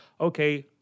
Okay